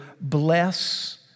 bless